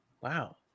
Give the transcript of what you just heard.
wow